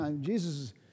Jesus